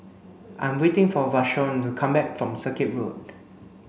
I'm waiting for Vashon to come back from Circuit Road